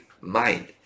mind